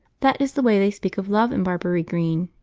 that is the way they speak of love in barbury green,